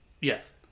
yes